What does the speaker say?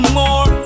more